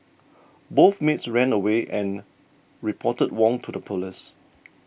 both maids ran away and reported Wong to the police